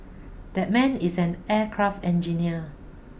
that man is an aircraft engineer